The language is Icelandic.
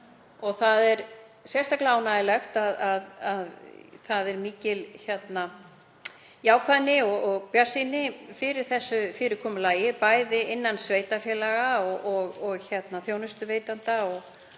Það er sérstaklega ánægjulegt að það er mikil jákvæðni og bjartsýni fyrir þessu fyrirkomulagi, bæði innan raða sveitarfélaga og þjónustuveitenda